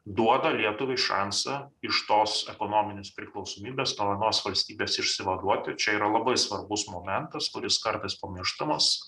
duoda lietuvai šansą iš tos ekonominės priklausomybės to anos valstybės išsivaduoti čia yra labai svarbus momentas kuris kartais pamirštamas